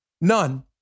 None